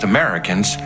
Americans